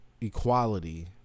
equality